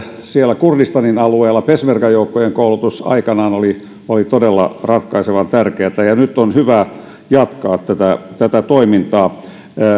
siellä kurdistanin alueella peshmerga joukkojen koulutus aikanaan oli todella ratkaisevan tärkeätä ja nyt on hyvä jatkaa tätä tätä toimintaa